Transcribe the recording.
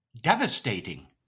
devastating